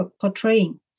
portraying